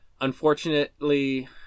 unfortunately